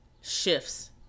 shifts